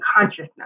consciousness